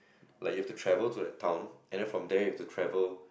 like you have to travel to that town and then from there you have to travel